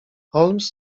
holmes